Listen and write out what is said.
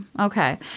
okay